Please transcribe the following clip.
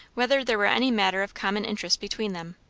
whether there were any matter of common interest between them.